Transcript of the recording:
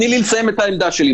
תני לי לסיים את העמדה שלי,